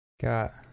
Got